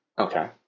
Okay